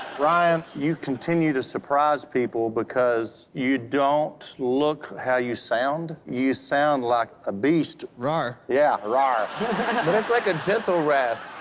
ryan, you continue to surprise people because you don't look how you sound. you sound like a beast. rawr. yeah, rawr. but it's like a gentle rasp.